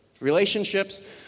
Relationships